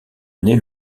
année